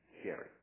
scary